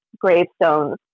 gravestones